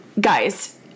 Guys